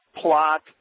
plot